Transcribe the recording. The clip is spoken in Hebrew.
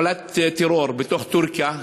פעולת טרור בתוך טורקיה,